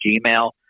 gmail